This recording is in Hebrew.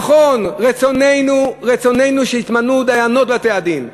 נכון, רצוננו שיתמנו דיינות בבתי-הדין.